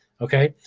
okay.